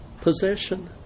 possession